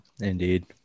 Indeed